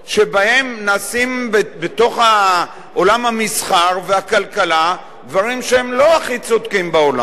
שבהם נעשים בתוך עולם המסחר והכלכלה דברים שהם לא הכי צודקים בעולם.